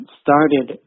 started